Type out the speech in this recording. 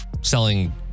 selling